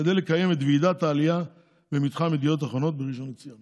כדי לקיים את ועידת העלייה במתחם ידיעות אחרונות בראשון לציון.